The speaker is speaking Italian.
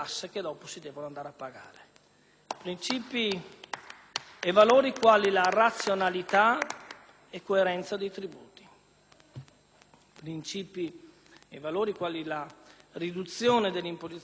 Principi e valori quali la razionalità e la coerenza dei tributi o quali la riduzione dell'imposizione fiscale statale